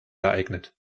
geeignet